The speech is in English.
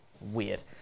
Weird